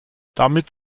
damit